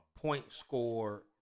point-score